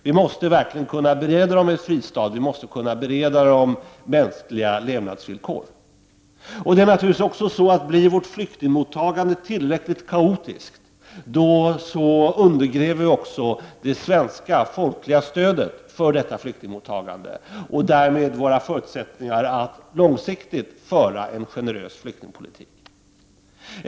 Vi måste verkligen kunna bereda flyktingarna en fristad, och vi måste kunna bereda dem mänskliga levnadsvillkor. Om vårt flyktingmottagande blir tillräckligt kaotiskt, undergräver vi det svenska folkliga stödet för detta flyktingmottagande och därmed våra förutsättningar att långsiktigt föra en generös flyktingpolitik.